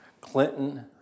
Clinton